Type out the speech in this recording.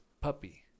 puppy